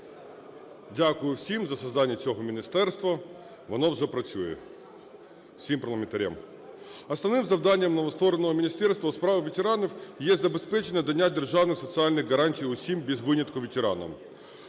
Дякую всім за создание цього міністерства, воно вже працює, всім парламентарям. Основним завданням новоствореного Міністерства у справах ветеранів є забезпечення надання державних соціальних гарантій усім без винятку ветеранам.